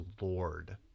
Lord